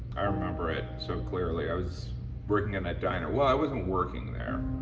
i remember it so clearly. i was working in a diner, well, i wasn't working there.